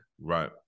Right